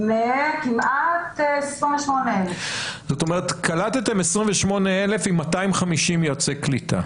כמעט 28,000. זאת אומרת קלטתם 28,000 עם 250 יועצי קליטה.